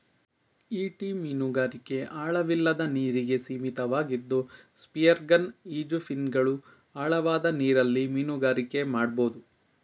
ಈಟಿ ಮೀನುಗಾರಿಕೆ ಆಳವಿಲ್ಲದ ನೀರಿಗೆ ಸೀಮಿತವಾಗಿದ್ದು ಸ್ಪಿಯರ್ಗನ್ ಈಜುಫಿನ್ಗಳು ಆಳವಾದ ನೀರಲ್ಲಿ ಮೀನುಗಾರಿಕೆ ಮಾಡ್ಬೋದು